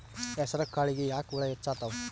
ಹೆಸರ ಕಾಳುಗಳಿಗಿ ಯಾಕ ಹುಳ ಹೆಚ್ಚಾತವ?